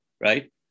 right